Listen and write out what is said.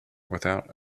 without